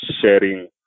sharing